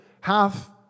half